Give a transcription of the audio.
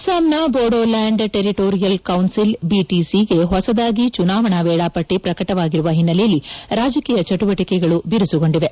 ಅಸ್ಲಾಂನ Bodoland territorial council ಬಿಟಿಸಿಗೆ ಹೊಸದಾಗಿ ಚುನಾವಣಾ ವೇಳಾಪಟ್ಲ ಪ್ರಕಟವಾಗಿರುವ ಹಿನ್ನೆಲೆಯಲ್ಲಿ ರಾಜಕೀಯ ಚಟುವಟಿಕೆಗಳು ಬಿರುಸುಗೊಂಡಿದೆ